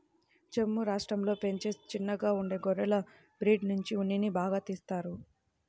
జమ్ము రాష్టంలో పెంచే చిన్నగా ఉండే గొర్రెల బ్రీడ్ నుంచి ఉన్నిని బాగా తీత్తారు